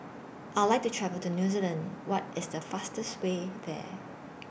I Would like to travel to New Zealand What IS The fastest Way There